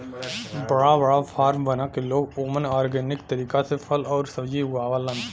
बड़ा बड़ा फार्म बना के लोग ओमन ऑर्गेनिक तरीका से फल आउर सब्जी उगावलन